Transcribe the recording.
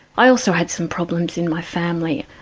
i also had some problems in my family.